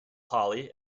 hollie